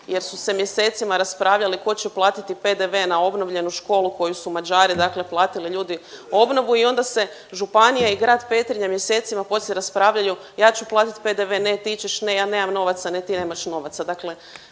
jer su se mjesecima raspravljali tko će platiti PDV na obnovljenu školu koju su Mađari dakle platili ljudi obnovu i onda se županija i grad Petrinja mjesecima poslije raspravljaju ja ću platit PDV, ne ti ćeš, ne ja nemam novaca, ne ti nemaš novaca. Dakle